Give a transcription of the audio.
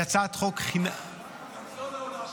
היא הצעת חוק חינם --- גם זו לא עולה שקל.